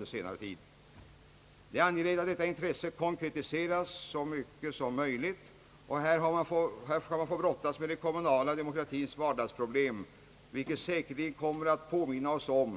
Det är angeläget att detta intresse konkretiseras så mycket som möjligt. Och i detta sammanhang kan man få brottas med den kommunala demokratins vardagsproblem, vilket gör att vi säkerligen får anledning att erinra oss